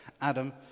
Adam